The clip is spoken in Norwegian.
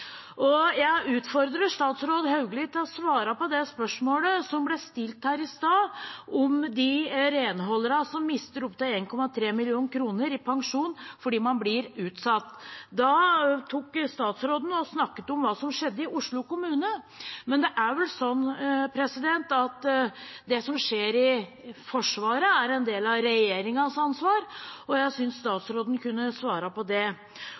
Jeg utfordrer statsråd Hauglie til å svare på det spørsmålet som ble stilt her i stad, om de renholderne som mister opptil 1,3 mill. kr i pensjon fordi arbeidsplassen blir konkurranseutsatt. Statsråden snakket om hva som skjedde i Oslo kommune, men det er vel sånn at det som skjer i Forsvaret, er en del av regjeringens ansvar, og jeg synes statsråden kunne svare på det.